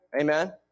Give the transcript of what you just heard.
Amen